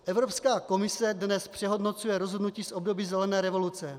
Evropská komise dnes přehodnocuje rozhodnutí z období zelené revoluce.